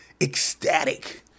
ecstatic